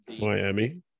Miami